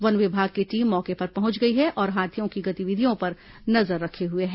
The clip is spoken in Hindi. वन विभाग की टीम मौके पर पहुंच गई है और हाथियों की गतिविधियों पर नजर रखे हुए है